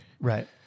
Right